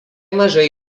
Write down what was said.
mažai